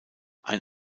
ein